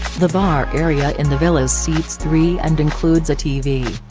the bar area in the villas seats three and includes a tv.